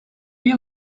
you